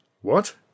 What